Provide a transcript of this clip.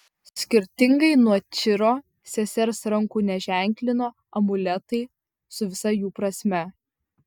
skirtingai nuo čiro sesers rankų neženklino amuletai su visa jų prasme